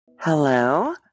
Hello